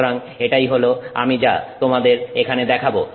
সুতরাং এটাই হলো আমি যা তোমাদের এখানে দেখাবো